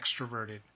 extroverted